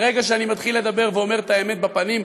ברגע שאני מתחיל לדבר ואומר את האמת בפנים,